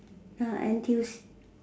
ya N_T_U_C